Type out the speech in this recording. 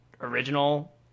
original